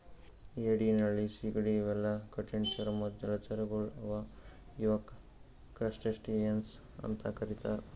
ಏಡಿ ನಳ್ಳಿ ಸೀಗಡಿ ಇವೆಲ್ಲಾ ಕಠಿಣ್ ಚರ್ಮದ್ದ್ ಜಲಚರಗೊಳ್ ಅವಾ ಇವಕ್ಕ್ ಕ್ರಸ್ಟಸಿಯನ್ಸ್ ಅಂತಾ ಕರಿತಾರ್